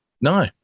No